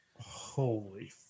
Holy